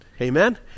Amen